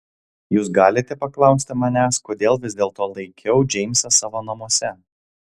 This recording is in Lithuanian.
jūs galite paklausti manęs kodėl vis dėlto laikiau džeimsą savo namuose